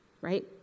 Right